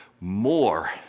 more